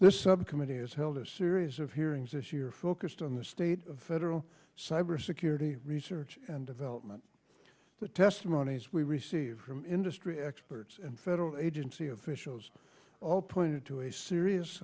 this subcommittee has held a series of hearings this year focused on the state of federal cybersecurity research and development the testimonies we receive from industry experts and federal agency officials all pointed to a serious